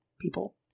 people